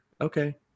okay